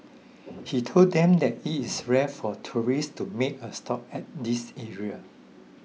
he told them that it is rare for tourists to make a stop at this area